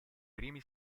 primi